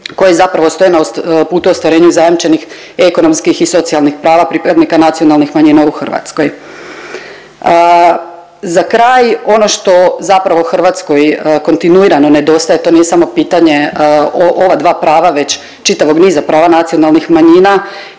koje zapravo stoje na putu ostvarenja zajamčenih ekonomskih i socijalnih prava pripadnika nacionalnih manjina u Hrvatskoj. Za kraj ono što zapravo Hrvatskoj kontinuirano nedostaje, to nije samo pitanje ova dva prava već čitavog niza prava nacionalnih manjina,